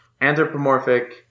anthropomorphic